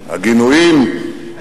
הגינויים,